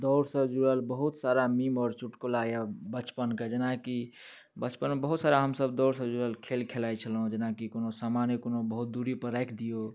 दौड़सँ जुड़ल बहुत सारा मीम आओर चुटकुला अछि बचपनके जेना कि बचपनमे बहुत सारा हमसब दौड़सँ जुड़ल खेल खेलाइ छलहुँ जेना कि कोनो सामाने कोनो बहुत दूरी पर राखि दिऔ